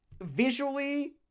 visually